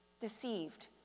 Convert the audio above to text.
deceived